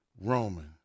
Roman